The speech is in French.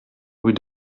rue